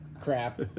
crap